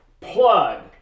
plug